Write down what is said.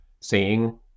seeing